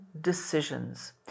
decisions